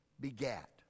begat